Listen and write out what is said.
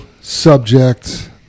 subject